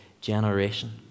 generation